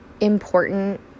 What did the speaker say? important